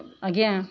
ଆଜ୍ଞା